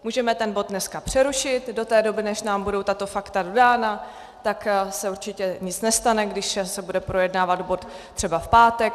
Můžeme ten bod dneska přerušit do té doby, než nám budou tato fakta dodána, tak se určitě nic nestane, když se bude projednávat bod třeba v pátek.